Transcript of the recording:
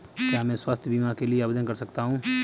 क्या मैं स्वास्थ्य बीमा के लिए आवेदन कर सकता हूँ?